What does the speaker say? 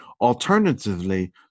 Alternatively